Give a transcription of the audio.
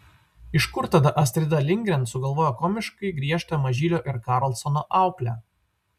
iš kur tada astrida lindgren sugalvojo komiškai griežtą mažylio ir karlsono auklę